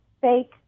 fake